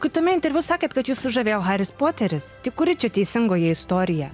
kitame interviu sakėt kad jus sužavėjo haris poteris tai kuri čia teisingoji istorija